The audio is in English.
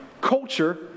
Culture